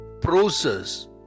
process